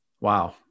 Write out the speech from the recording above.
Wow